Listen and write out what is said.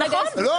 לא.